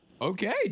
Okay